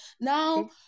Now